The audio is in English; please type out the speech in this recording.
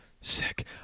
sick